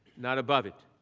not above it.